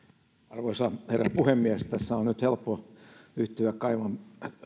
arvoisa herra puhemies tässä on nyt helppo yhtyä kaiman